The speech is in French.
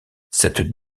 cette